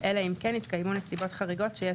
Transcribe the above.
אלא אם כן התקיימו נסיבות חריגות שיש